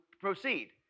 proceed